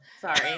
sorry